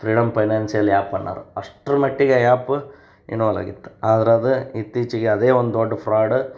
freedom financial app ಅನ್ನೋರು ಅಷ್ಟ್ರ ಮಟ್ಟಿಗೆ ಆ ಯಾಪ್ ಇನ್ವಾಲ್ ಆಗಿತ್ತು ಆದ್ರೆ ಅದು ಇತ್ತೀಚಿಗೆ ಅದೇ ಒಂದು ದೊಡ್ಡ ಫ್ರಾಡ